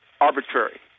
arbitrary